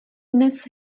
dnes